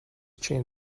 chin